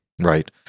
Right